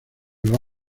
los